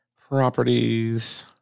properties